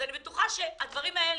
אז אני בטוחה שהדברים האלה